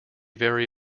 very